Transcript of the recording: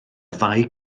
ddau